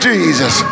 Jesus